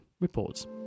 reports